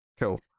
Cool